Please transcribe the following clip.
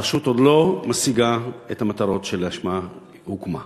הרשות עוד לא משיגה את המטרות שלשמן הוקמה.